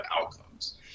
outcomes